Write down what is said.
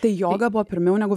tai joga buvo pirmiau negu